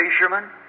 fisherman